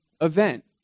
event